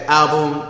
album